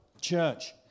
church